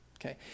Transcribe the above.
Okay